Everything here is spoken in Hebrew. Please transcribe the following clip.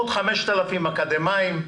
עוד 5,000 אקדמאים,